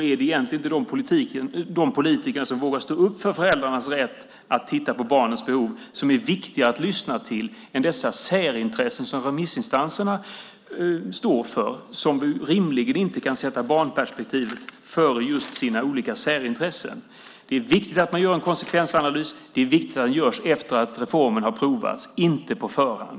Är det inte de politiker som vågar stå upp för föräldrarnas rätt att titta på barnens behov som är viktiga att lyssna till snarare än de särintressen som remissinstanserna står för? De kan rimligen inte sätta barnperspektivet före just sina olika särintressen. Det är viktigt att man gör en konsekvensanalys. Det är viktigt att den görs efter att reformen har provats, inte på förhand.